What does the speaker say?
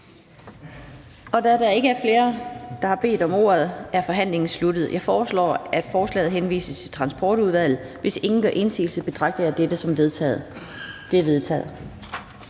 Da der ikke er flere, som har bedt om ordet, er forhandlingen sluttet. Jeg foreslår, at forslaget henvises til Transportudvalget. Hvis ingen gør indsigelse, betragter jeg dette som vedtaget.